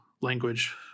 language